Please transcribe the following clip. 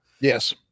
Yes